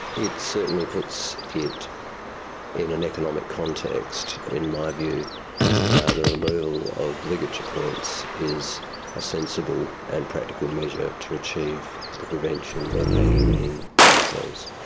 it certainly puts it in an economic context. but in my view ah the removal of ligature points is a sensible and practical measure to achieve the prevention of hanging in prison cells.